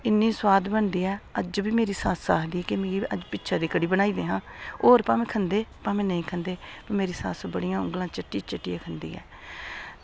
इन्नी सोआद बनदी ऐ ते मेरी सस्स अज्ज बी आक्खदी कि मिगी पिश दी कढ़ी बनाई देआं होर बाकी खंदे जां नेईं खंदे पर मेरी सस्स उंगलां चट्टी चट्टी खंदी ऐ